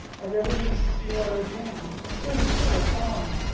as everything slowed down, including her falling.